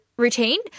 routine